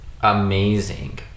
amazing